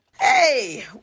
Hey